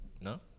No